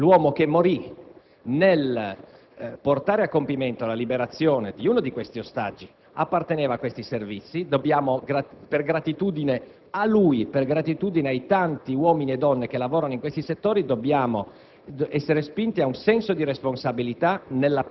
Sappiamo anche che l'uomo che morì nel portare a compimento la liberazione di uno di questi ostaggi apparteneva a questi Servizi. Dobbiamo per gratitudine a lui e ai tanti uomini e donne che lavorano in questi settori essere